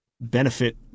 benefit